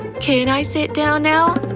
can i sit down now?